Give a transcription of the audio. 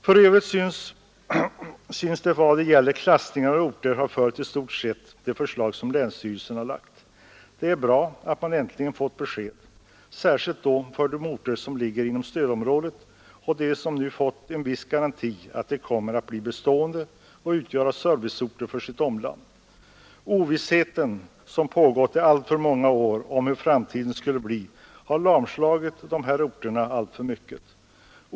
För övrigt synes man beträffande klassningen av orter ha följt i stort sett de förslag som länsstyrelserna framlagt. Det är bra att det äntligen lämnats ett besked, särskilt för de orter som ligger inom stödområdet, att de nu fått en viss garanti att de kommer att bli bestående och utgöra serviceorter för sitt omland. Den ovisshet som funnits i alltför många år om hur framtiden skulle bli har lamslagit dessa orter alltför mycket.